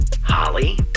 Holly